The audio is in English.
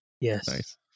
yes